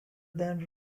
than